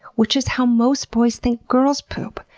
which is how most boys think girls poop.